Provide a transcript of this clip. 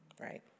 Right